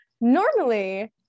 normally